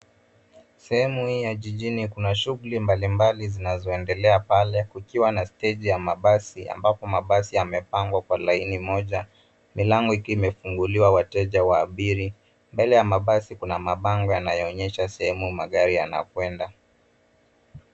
Sehemu hii ya jijini kuna shughuli mbalimbali zinazoendelea pale kukiwa na steji ya mabadi ambapo mabasi yamepangwa kwa laini moja milango ikiwa ime funguliwa wateja waabiri. Mbele ya mabasi kuna mabango yanayoonyesha sehemu magari yana kwenda.